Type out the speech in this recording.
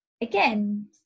again